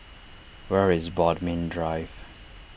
where is Bodmin Drive